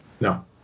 No